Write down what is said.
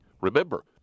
Remember